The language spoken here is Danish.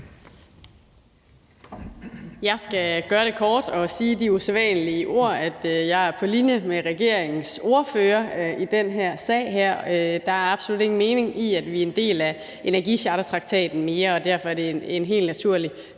Jeg skal gøre det kort og sige de usædvanlige ord, at jeg er på linje med regeringspartiernes ordførere i den her sag. Der er absolut ingen mening i, at vi er en del af energichartertraktaten mere, og derfor er det en helt naturlig